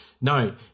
no